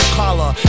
collar